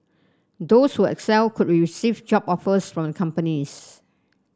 those who excel could receive job offers from the companies